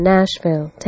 Nashville